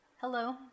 hello